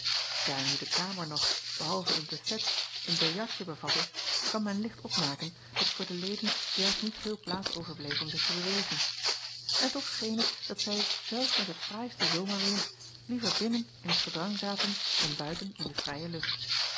aar nu de kamer nog behalve een bufet een biljartje bevatte kan men licht opmaken dat voor de leden juist niet veel plaats overbleef om zich te bewegen n toch scheen het dat zij zelfs met het fraaiste zomerweêr liever binnen in t gedrang zaten dan buiten in de vrije lucht